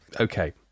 okay